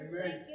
Amen